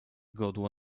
godło